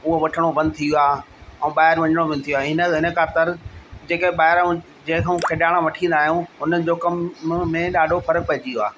वठिणो बंदि थी वियो आहे ऐं ॿाहिरि वञिणो बंदि थी वियो आहे इन इन ख़ातिर जेके ॿाहिरांऊं जंहिं खां बि खेॾाणा वठी ईंदा आहियूं उन्हनि जो कमु में ॾाढो फ़र्क़ु पइजी वयो आहे